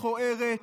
מכוערת,